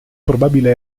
probabile